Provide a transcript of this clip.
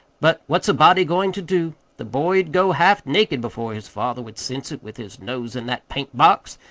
but what's a body goin' to do? the boy'd go half-naked before his father would sense it, with his nose in that paint-box.